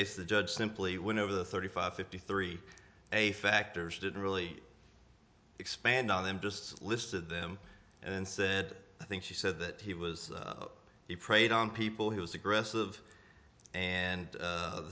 case the judge simply went over the thirty five fifty three a factors didn't really expand on them just listed them and then said i think she said that he was he preyed on people he was aggressive and